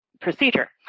procedure